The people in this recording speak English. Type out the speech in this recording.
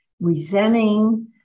resenting